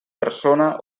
persona